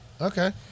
Okay